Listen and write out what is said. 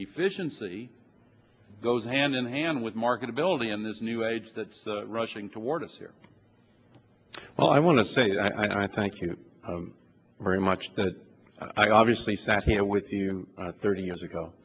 efficiency goes hand in hand with marketability in this new age that's rushing toward us here well i want to say and i thank you very much that i obviously sat here with you thirty years ago